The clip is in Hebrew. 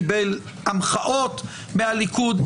קיבל המחאות מהליכוד,